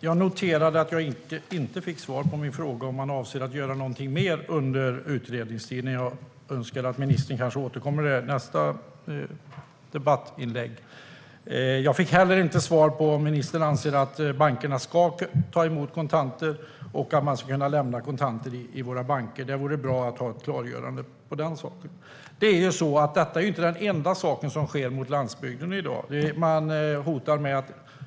Jag noterade att jag inte fick svar på min fråga om man avser att göra någonting mer under utredningstiden. Jag önskar att ministern återkommer till det i nästa debattinlägg. Jag fick heller inte svar på om ministern anser att bankerna ska ta emot kontanter och att man ska kunna lämna kontanter på våra banker. Det vore bra att få ett klargörande på den punkten. Detta är inte det enda som sker mot landsbygden i dag.